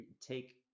take